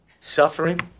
Suffering